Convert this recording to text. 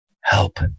help